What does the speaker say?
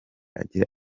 agira